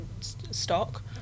stock